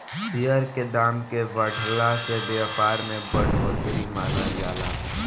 share के दाम के बढ़ला से व्यापार में बढ़ोतरी मानल जाला